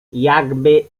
jakby